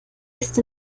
ist